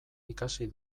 ikasi